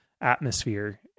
atmosphere